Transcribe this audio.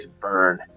burn